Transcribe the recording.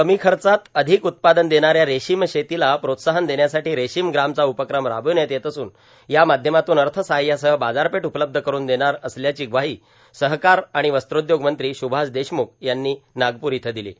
कमी खचात अाधक उत्पादन देणाऱ्या रेशीम शेतीला प्रोत्साहन देण्यासाठी रेशीम ग्रामचा उपक्रम रार्बावण्यात येत असून यामाध्यमातून अथसहाय्यासह बाजारपेठ उपलब्ध करुन देणार असल्याची ग्रवाही सहकार आर्गाण वस्त्रोद्योग मंत्री सुभाष देशम्ख यांनी नागपूर इथं र्दिलां